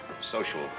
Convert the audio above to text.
social